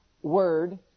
word